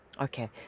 Okay